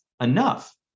enough